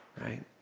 right